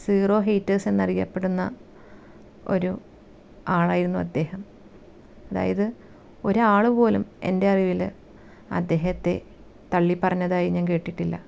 zero haters എന്നറിയപ്പെടുന്ന ഒരു ആളായിരുന്നു അദ്ദേഹം അതായത് ഒരാൾ പോലും എന്റെ അറിവിൽ അദ്ദേഹത്തെ തള്ളിപ്പറഞ്ഞതായി ഞാന് കേട്ടിട്ടില്ല